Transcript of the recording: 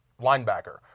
linebacker